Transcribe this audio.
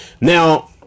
now